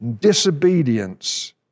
disobedience